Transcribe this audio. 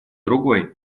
другой